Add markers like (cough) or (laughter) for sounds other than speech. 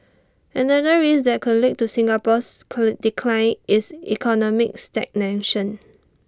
another risk that could lead to Singapore's (noise) decline is economic stagnation